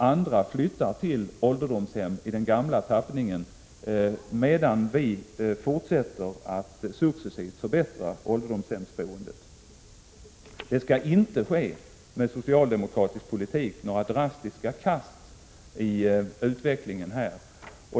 Andra flyttar till ålderdomshem av den gamla tappningen, medan vi fortsätter att successivt förbättra ålderdomshemsboendet. Det skall med socialdemokratisk politik inte ske några drastiska kast i utvecklingen.